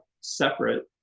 separate